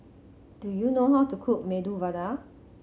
do you know how to cook Medu Vada